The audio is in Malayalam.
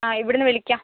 ആ ഇവിടെ നിന്ന് വിളിക്കാം